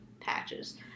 patches